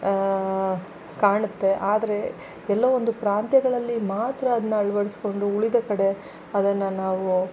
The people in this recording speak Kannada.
ಕಾಣುತ್ತೆ ಆದರೆ ಎಲ್ಲೋ ಒಂದು ಪ್ರಾಂತ್ಯಗಳಲ್ಲಿ ಮಾತ್ರ ಅದನ್ನ ಅಳವಡ್ಸ್ಕೊಂಡು ಉಳಿದ ಕಡೆ ಅದನ್ನು ನಾವು